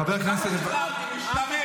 אותך לא שחררתי, משתמט.